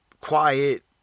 quiet